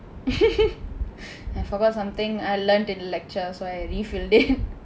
I forgot something I learned in lecture so refill it